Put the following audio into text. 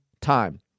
time